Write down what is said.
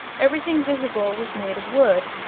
everything visible was made of wood,